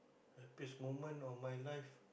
happiest moment of my life